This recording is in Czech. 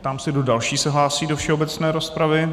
Ptám se, kdo další se hlásí do všeobecné rozpravy.